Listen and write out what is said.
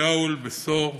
שאול בשור,